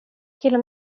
killen